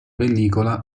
pellicola